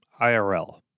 IRL